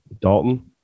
Dalton